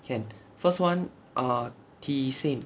can first one err tisane